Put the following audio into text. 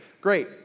Great